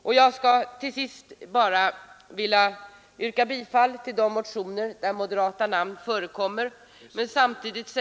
Till sist, fru talman, ber jag att få yrka bifall till de reservationer där moderaterna förekommer. Jag vill samtidigt